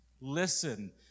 Listen